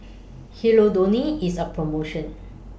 Hirudoid IS on promotion